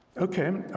okay.